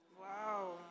Wow